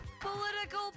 Political